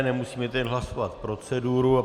Nemusíme tedy hlasovat proceduru.